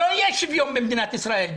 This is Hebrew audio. לא יהיה שוויון במדינת ישראל,